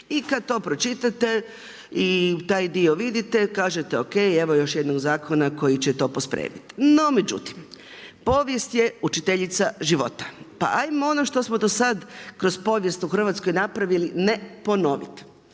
I kad to pročitate, i taj dio vidite, kažete ok, evo još jednog zakona koji će to pospremiti. No, međutim, povijest je učiteljica života. Pa ajmo ono što smo do sad kroz povijest u Hrvatskoj napravili ne ponoviti.